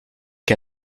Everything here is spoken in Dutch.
ken